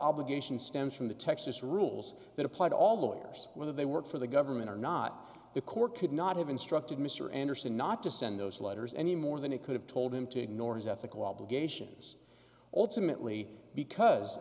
obligation stems from the texas rules that apply to all the lawyers whether they work for the government or not the court could not have instructed mr anderson not to send those letters any more than it could have told him to ignore his ethical obligations ultimately because